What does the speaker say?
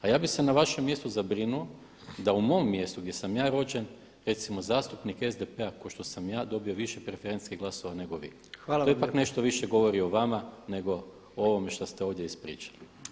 A ja bih se na vašem mjestu zabrinuo da u mom mjestu gdje sam ja rođen, recimo zastupnik SDP-a kao što sam ja dobio više preferencijskih glasova nego vi [[Upadica Jandroković: Hvala vam lijepo.]] To ipak nešto više govori o vama nego o ovome što ste ovdje ispričali.